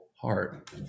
heart